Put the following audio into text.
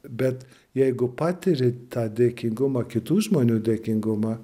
bet jeigu patiri tą dėkingumą kitų žmonių dėkingumą